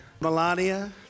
Melania